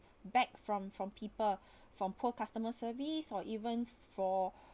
back from from people from poor customer service or even for